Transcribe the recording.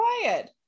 quiet